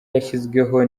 yashyizweho